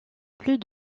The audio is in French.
plus